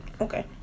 Okay